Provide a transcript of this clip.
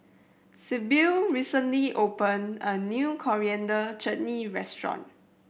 Sybil recently opened a new Coriander Chutney restaurant